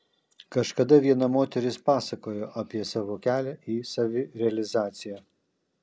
kažkada viena moteris pasakojo apie savo kelią į savirealizaciją